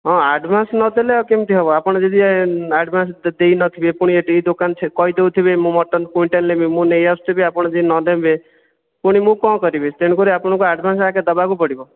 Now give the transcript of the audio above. ହଁ ଆଡ଼୍ଭାନ୍ସ ନ ଦେଲେ ଆଉ କେମିତି ହେବ ଆପଣ ଯଦି ଆଡ଼୍ଭାନ୍ସ ଦେଇ ନ ଥିବେ ପୁଣି ଏ ଦୋକାନ କହିଦେଉଥିବେ ମୁଁ ମଟନ୍ କୁଇଣ୍ଟାଲ୍ ନେବି ମୁଁ ନେଇ ଆସୁଥିବି ଆପଣ ଯଦି ନ ଦେବେ ପୁଣି ମୁଁ କ'ଣ କରିବି ତେଣୁକରି ଆପଣଙ୍କୁ ଆଡ଼୍ଭାନ୍ସ ଆଗେ ଦେବାକୁ ପଡ଼ିବ